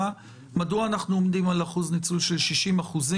מדוע אנחנו עומדים על אחוז ניצול של 60%?